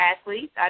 athletes